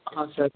हाँ सर